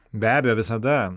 be abejo visada